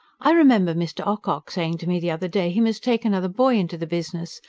i remember mr. ocock saying to me the other day he must take another boy into the business,